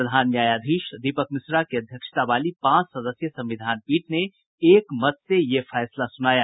प्रधान न्यायाधीश दीपक मिश्रा की अध्यक्षता वाली पांच सदस्यीय संविधान पीठ ने एक मत से ये फैसला सुनाया